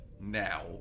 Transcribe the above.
now